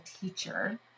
teacher